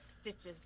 stitches